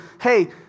hey